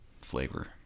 flavor